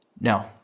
No